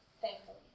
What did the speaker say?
thankfully